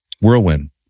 Whirlwind